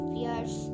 years